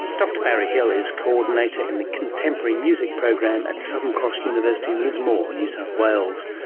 dr barry hill is coordinator in the contemporary music program at southern cross university in lismore, new south wales.